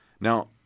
Now